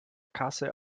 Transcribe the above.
kasse